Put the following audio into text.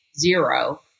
zero